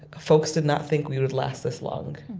folks did not think we would last this long.